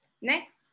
Next